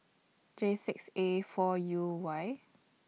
J six A four U Y